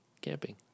camping